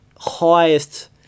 highest